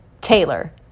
Taylor